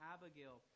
Abigail